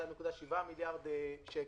2.7 מיליארד שקל.